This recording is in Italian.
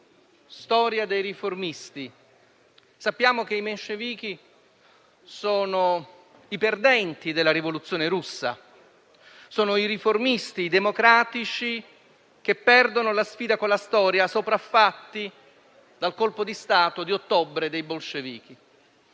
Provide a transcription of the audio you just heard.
repubblicana». Sappiamo che i menscevichi sono i perdenti della rivoluzione russa, sono i riformisti democratici che perdono la sfida con la storia, sopraffatti dal colpo di Stato di ottobre dei bolscevichi.